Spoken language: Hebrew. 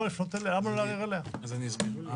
אני אסביר.